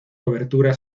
cobertura